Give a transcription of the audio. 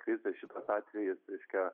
krizė šitas atvejis reiškia